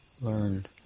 learned